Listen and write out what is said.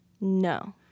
No